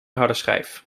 hardeschijf